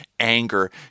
Anger